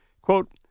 Quote